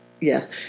yes